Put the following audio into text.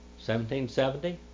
1770